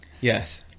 Yes